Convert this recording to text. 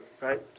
right